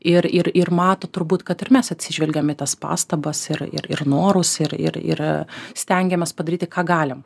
ir ir ir mato turbūt kad ir mes atsižvelgiam į tas pastabas ir ir norus ir ir ir stengiamės padaryti ką galim